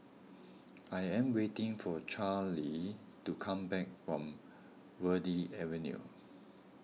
I am waiting for Charlee to come back from Verde Avenue